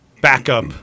backup